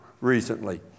recently